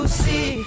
see